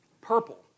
Purple